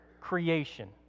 creation